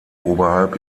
oberhalb